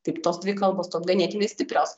taip tos dvi kalbos ganėtinai stiprios